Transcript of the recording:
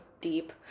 deep